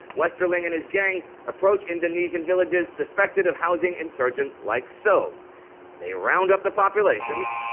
westerling and his gang approach indonesian villages suspected of housing insurgents like so they round up the populations,